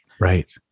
right